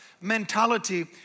mentality